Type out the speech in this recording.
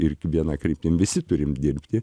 ir viena kryptim visi turim dirbti